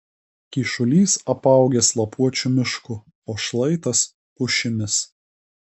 kyšulys apaugęs lapuočių mišku o šlaitas pušimis